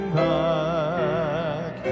back